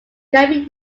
can